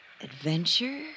Adventure